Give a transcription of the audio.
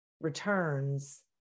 returns